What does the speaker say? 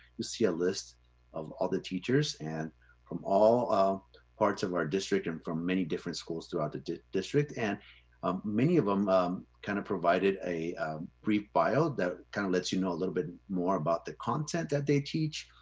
see a list of all the teachers and from all parts of our district and from many different schools throughout the district, and um many of them um kind of provided a brief bio that kind of lets you know a little bit more about the content that they teach,